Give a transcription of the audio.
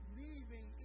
leaving